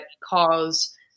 cause